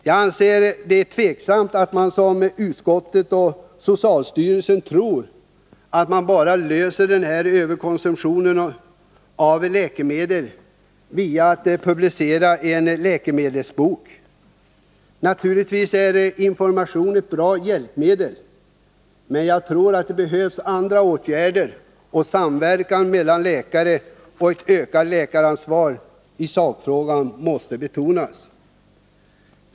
Jag anser det tveksamt att man, som utskottet och socialstyrelsen tror, skall kunna lösa problemet med överkonsumtionen av läkemedel genom att publicera en ”läkemedelsbok”. Naturligtvis är information ett bra hjälpme Nr 22 del, men jag tror att det behövs andra åtgärder, att det måste till samverkan mellan läkare och att läkaransvaret måste betonas.